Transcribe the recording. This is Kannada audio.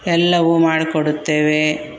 ಎಲ್ಲವೂ ಮಾಡಿಕೊಡುತ್ತೇವೆ